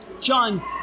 John